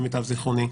למיטב זכרוני,